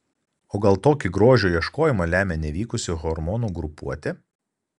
o gal tokį grožio ieškojimą lemia nevykusi hormonų grupuotė